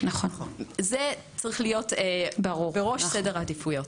זה צריך להיות בראש סדר העדיפויות.